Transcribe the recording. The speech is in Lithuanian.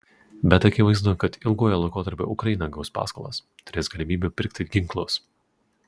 bet akivaizdu kad ilguoju laikotarpiu ukraina gaus paskolas turės galimybių pirkti ginklus